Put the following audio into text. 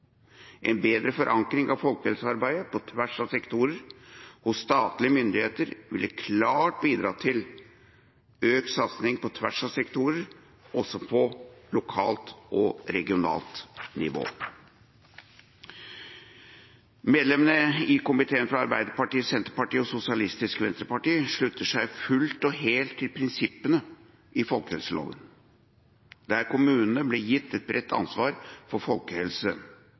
En bredere forankring av folkehelsearbeidet på tvers av sektorer hos statlige myndigheter ville klart bidratt til økt satsing på tvers av sektorer også på lokalt og regionalt nivå. Medlemmene i komiteen fra Arbeiderpartiet, Senterpartiet og Sosialistisk Venstreparti slutter seg fullt og helt til prinsippene i folkehelseloven, der kommunene ble gitt et bredt ansvar for folkehelse,